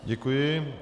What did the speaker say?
Děkuji.